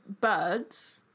birds